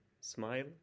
smile